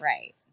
right